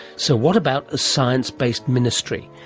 so what about a science based ministry?